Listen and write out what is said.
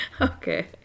Okay